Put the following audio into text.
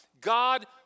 God